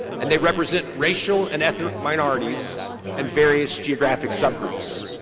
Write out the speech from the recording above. and they represent racial and ethnic minorities and various geographic subgroups.